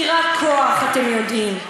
כי רק כוח אתם יודעים,